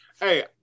Hey